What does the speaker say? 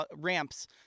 ramps